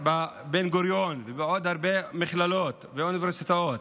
בבן-גוריון ובעוד הרבה מכללות ואוניברסיטאות.